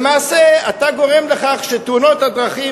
למעשה אתה גורם לכך שתאונות הדרכים,